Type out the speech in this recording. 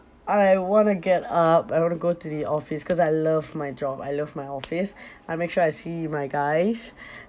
I want to get up I want to go to the office cause I love my job I love my office I make sure I see my guys